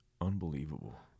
unbelievable